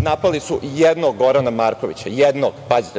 napali su jednog Gorana Markovića, pazite, jednog,